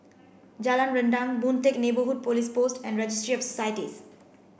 Jalan Rendang Boon Teck Neighbourhood Police Post and Registry of Societies